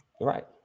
Right